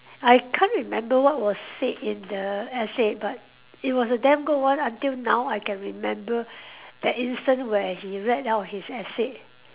I can't remember what was said in the essay but it was a damn good one until now I can remember that instant where he read out his essay